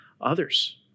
others